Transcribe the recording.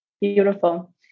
Beautiful